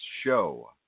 show